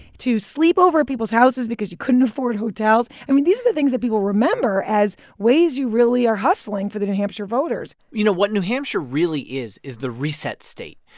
to sleep over at people's houses because you couldn't afford hotels i mean, these are the things that people remember as ways you really are hustling for the new hampshire voters you know, what new hampshire really is is the reset state,